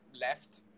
left